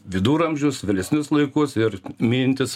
viduramžius vėlesnius laikus ir minintis